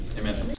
amen